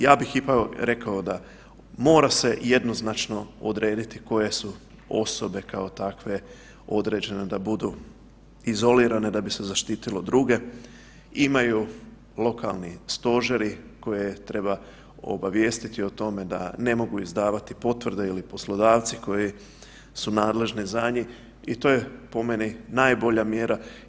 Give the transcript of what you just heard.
Ja bih ipak rekao da mora se jednoznačno odrediti koje su osobe kao takve određene da budu izolirane da bi se zaštitilo druge, imaju lokalni stožeri koje treba obavijestiti o tome da ne mogu izdavati potvrde ili poslodavci koji su nadležni za njih i to je po meni najbolja mjera.